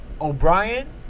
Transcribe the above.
O'Brien